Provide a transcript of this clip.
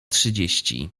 trzydzieści